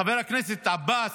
חבר הכנסת עבאס,